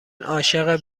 عاشق